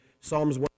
Psalms